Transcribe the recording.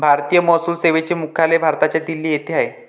भारतीय महसूल सेवेचे मुख्यालय भारताच्या दिल्ली येथे आहे